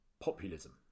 Populism